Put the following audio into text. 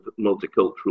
multicultural